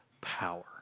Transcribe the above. power